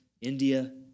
India